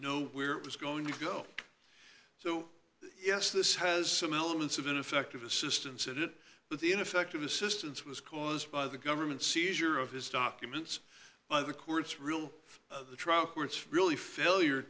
know where it was going to go so yes this has some elements of ineffective assistance of it but the ineffective assistance was caused by the government seizure of his documents by the courts rule the trial courts really failure